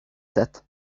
that